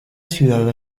ciudad